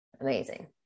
amazing